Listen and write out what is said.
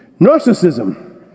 Narcissism